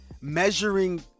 measuring